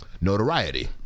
notoriety